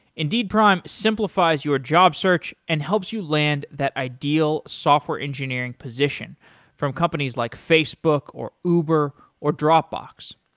indeed prime simplifies your job search and helps you land that ideal software engineering position from companies like facebook, or uber or dropbox.